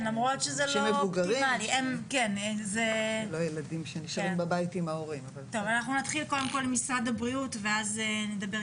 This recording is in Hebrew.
מבחינת ילדים מעל גיל 12, משרד הבריאות עושה